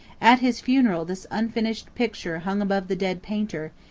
at his funeral this unfinished picture hung above the dead painter,